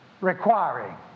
requiring